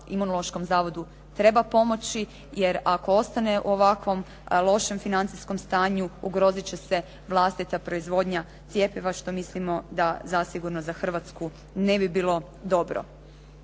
imunološkom zavodu treba pomoći, jer ako ostane u ovakvom lošem financijskom stanju, ugrozit će se vlastita proizvodnja cjepiva što mislimo da zasigurno za Hrvatsku ne bi bilo dobro.